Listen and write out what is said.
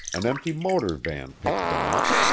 an empty motor van picked them up,